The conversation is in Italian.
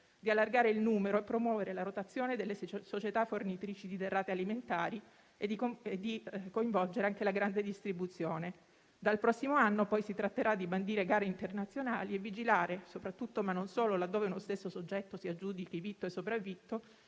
di allargare il numero e promuovere la rotazione delle società fornitrici di derrate alimentari e di coinvolgere anche la grande distribuzione. Dal prossimo anno, poi, si tratterà di bandire gare internazionali e vigilare -soprattutto, ma non solo, laddove uno stesso soggetto si aggiudichi vitto e sopravvitto